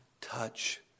touch